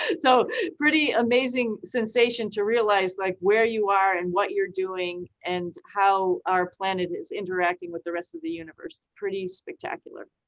and so pretty amazing sensation to realize like where you are and what you're doing and how our planet is interacting with the rest of the universe, pretty spectacular.